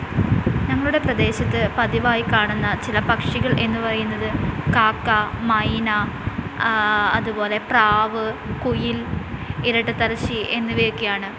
ഞങ്ങളുടെ പ്രദേശത്ത് പതിവായി കാണുന്ന ചില പക്ഷികൾ എന്നു പറയുന്നത് കാക്ക മൈന അതുപോലെ പ്രാവ് കുയിൽ ഇരട്ടത്തലച്ചി എന്നിവയൊക്കെയാണ്